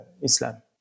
Islam